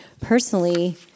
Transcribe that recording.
personally